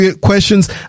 questions